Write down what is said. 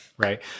Right